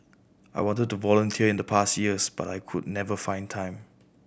I wanted to volunteer in the past years but I could never find time